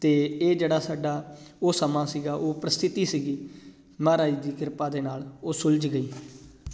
ਅਤੇ ਇਹ ਜਿਹੜਾ ਸਾਡਾ ਉਹ ਸਮਾਂ ਸੀਗਾ ਉਹ ਪਰਿਸਥਿਤੀ ਸੀਗੀ ਮਹਾਰਾਜ ਦੀ ਕਿਰਪਾ ਦੇ ਨਾਲ ਉਹ ਸੁਲਝ ਗਈ